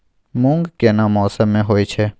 मूंग केना मौसम में होय छै?